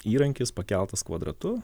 įrankis pakeltas kvadratu